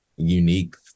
unique